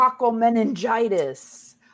meningitis